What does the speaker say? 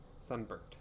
sunburnt